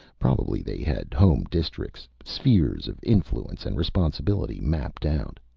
probably they had home districts, spheres of influence and responsibility mapped out.